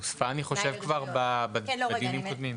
אני חושב שהיא הוספה כבר בדיונים קודמים.